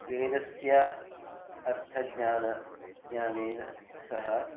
वेदस्य अर्थज्ञान ज्ञानेन सह